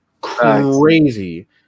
crazy